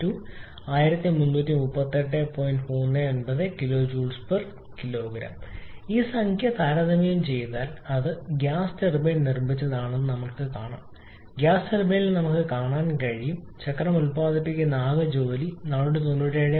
39 𝑘𝐽⁄𝑘𝑔 ഈ സംഖ്യ താരതമ്യം ചെയ്താൽ അത് ഗ്യാസ് ടർബൈൻ നിർമ്മിച്ചതാണ് ഗ്യാസ് ടർബൈനിൽ നമുക്ക് കാണാൻ കഴിയും ചക്രം ഉൽപാദിപ്പിച്ച ആകെ ജോലിയും 497